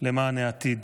למען העתיד.